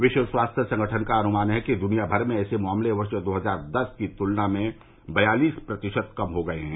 विश्व स्वास्थ्य संगठन का अनुमान है कि दुनिया भर में ऐसे मामले वर्ष दो हजार दस की तुलना में बयालिस प्रतिशत कम हो गए हैं